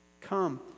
Come